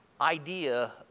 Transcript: idea